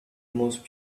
most